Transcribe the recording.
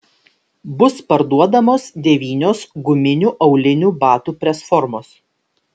bus parduodamos devynios guminių aulinių batų presformos